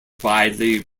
widely